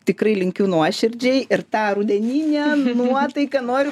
tikrai linkiu nuoširdžiai ir tą rudeninę nuotaiką noriu